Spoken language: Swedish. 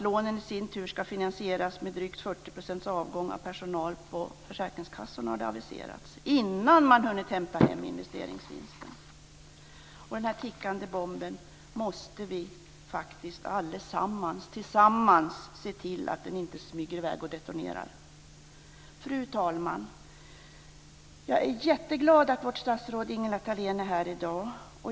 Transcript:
Lånen i sin tur ska finansieras genom en avgång av drygt 40 % av personalen på försäkringskassorna. Det har aviserats. Det sker innan man har hunnit hämta hem investeringsvinsten. Vi måste faktiskt alla tillsammans se till den här tickande bomben inte smyger i väg och detonerar. Fru talman! Jag är jätteglad att vårt statsråd Ingela Thalén är här i dag.